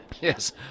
Yes